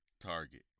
Target